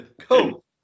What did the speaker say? Cool